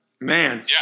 Man